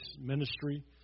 ministry